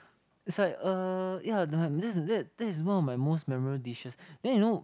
it's like uh ya this is this is one of my most memorable dishes then you know